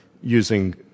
using